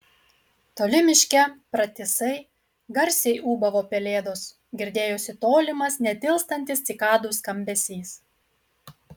toli miške pratisai garsiai ūbavo pelėdos girdėjosi tolimas netilstantis cikadų skambesys